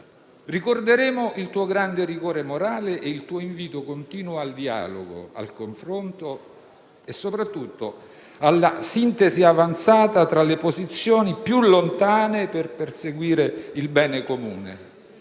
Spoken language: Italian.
Ricorderemo il tuo grande rigore morale e il tuo invito continuo al dialogo, al confronto e soprattutto alla sintesi avanzata tra le posizioni più lontane per perseguire il bene comune;